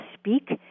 speak